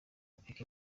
pique